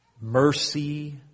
mercy